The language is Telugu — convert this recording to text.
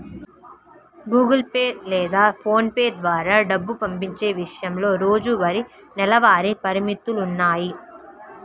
గుగుల్ పే లేదా పోన్ పే ద్వారా డబ్బు పంపించే విషయంలో రోజువారీ, నెలవారీ పరిమితులున్నాయి